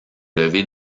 lever